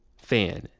fan